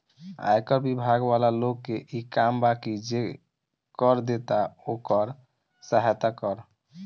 आयकर बिभाग वाला लोग के इ काम बा की जे कर देता ओकर सहायता करऽ